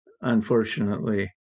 unfortunately